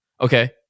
okay